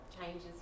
changes